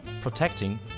protecting